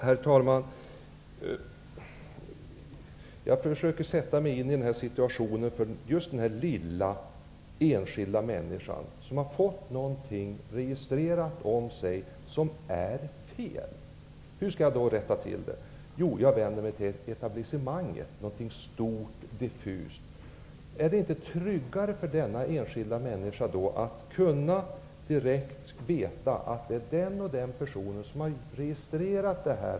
Herr talman! Jag försöker sätta mig in i situationen för den lilla, enskilda människan, om vilken det registrerats någonting som är fel. Hur skall jag då rätta till det? Jo, jag vänder mig till etablissemanget, som är någonting stort och diffust. Är det då inte tryggare för denna enskilda människa att direkt kunna veta att det är den eller den personen som har registrerat uppgifterna?